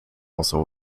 also